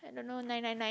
don't know nine nine nine